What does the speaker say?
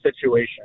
situation